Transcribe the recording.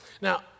Now